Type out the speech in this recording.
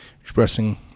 expressing